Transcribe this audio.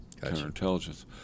counterintelligence